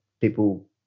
people